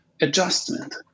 adjustment